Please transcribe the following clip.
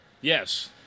Yes